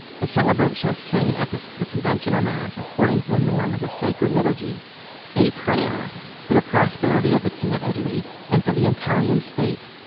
the celebrant shall sing at the the conventual mass according to the norm of the sacred liturgy a prayer for the prosperity of the king of italy and for the italian state.